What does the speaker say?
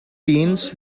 teens